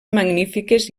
magnífiques